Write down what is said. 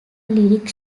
lyric